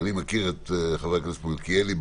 אני מכיר את חבר הכנסת מלכיאלי,